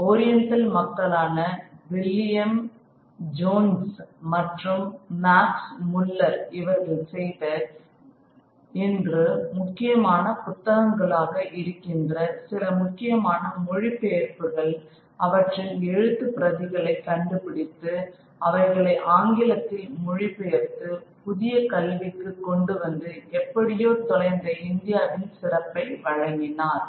oriental மக்களான William Jones மற்றும் Max Muller இவர்கள் செய்த இன்று முக்கியமான புத்தகங்களாக இருக்கின்ற சில முக்கியமான மொழிபெயர்ப்புகள் அவற்றின் எழுத்துப் பிரதிகளை கண்டுபிடித்து அவைகளை ஆங்கிலத்தில் மொழிபெயர்த்து புதிய கல்விக்குக் கொண்டுவந்து எப்படியோ தொலைந்த இந்தியாவின் சிறப்பை வழங்கினர்